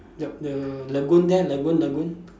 the the lagoon there lagoon lagoon